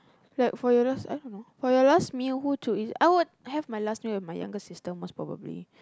like for your last I don't know for your last meal who to eat I would have my last meal with my younger sister most probably